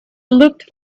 looked